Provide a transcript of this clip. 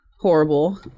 horrible